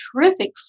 terrific